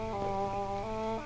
oh